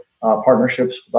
partnerships